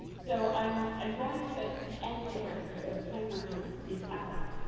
so i'm going to to end there because my timer is is out,